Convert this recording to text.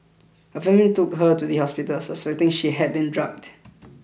her family took her to the hospital suspecting she had been drugged